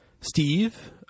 Steve